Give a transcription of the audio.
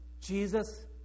Jesus